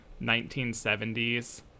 1970s